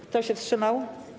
Kto się wstrzymał?